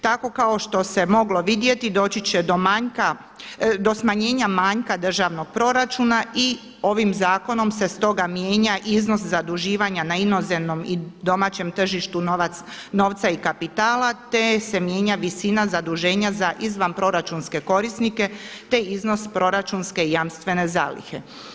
Tako kao što se moglo vidjeti doći će do smanjenja manjka državnog proračuna i ovim zakonom se stoga mijenja iznos zaduživanja na inozemnom i domaćem tržištu novca i kapitala, te se mijenja visina zaduženja za izvanproračunske korisnike, te iznos proračunske jamstvene zalihe.